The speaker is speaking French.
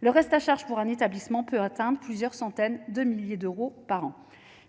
le reste à charge pour un établissement peut atteindre plusieurs centaines de milliers d'euros par an,